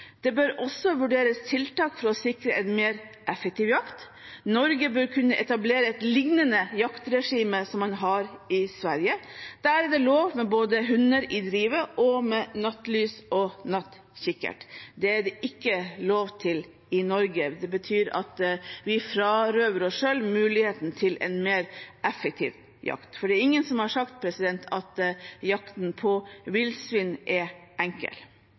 Det bør også vurderes tiltak for å sikre en mer effektiv jakt. Norge bør kunne etablere et lignende jaktregime som det man har i Sverige. Der er det lov med både hunder i drivet, nattlys og nattkikkert. Det er det ikke i Norge. Det betyr at vi frarøver oss selv muligheten til en mer effektiv jakt. For det er ingen som har sagt at jakten på villsvin er enkel.